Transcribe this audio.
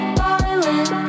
violent